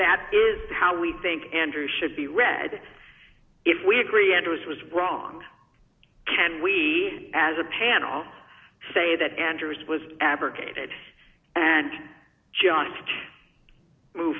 that is how we think andrew should be read if we agree and was was wrong can we as a panel say that anders was abrogated and just move